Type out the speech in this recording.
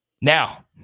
Now